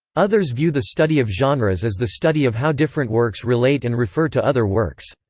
others view the study of genres as the study of how different works relate and refer to other works.